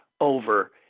over